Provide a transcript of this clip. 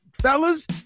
Fellas